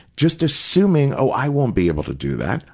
just assuming, oh, i won't be able to do that.